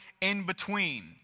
in-between